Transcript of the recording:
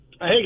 Hey